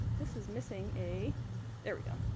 this is missing a there we go.